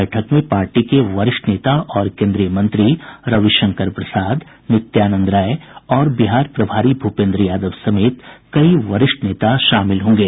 बैठक में पार्टी के वरिष्ठ नेता और केन्द्रीय मंत्री रविशंकर प्रसाद नित्यानंद राय और बिहार प्रभारी भूपेन्द्र यादव समेत कई वरिष्ठ नेता शामिल होंगे